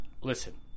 listen